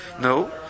No